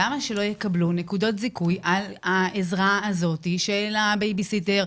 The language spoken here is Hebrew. למה שלא יקבלו נקודות זיכוי על העזרה הזאת של הבייבי-סיטר,